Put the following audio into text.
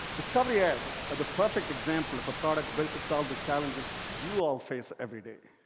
discovery ads are the perfect example of a product built to solve the challenges you all face every day